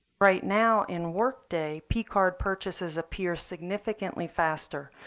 right now in work day, p card purchases appear significantly faster,